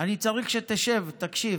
אני צריך שתשב ותקשיב.